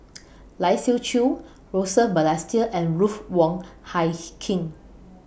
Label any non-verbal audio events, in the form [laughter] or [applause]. [noise] Lai Siu Chiu Joseph Balestier and Ruth Wong Hie King